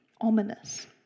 Ominous